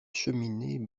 cheminée